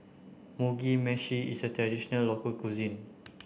Mugi Meshi is a traditional local cuisine